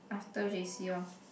after j_c lor